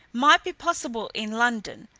might be possible in london.